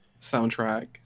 soundtrack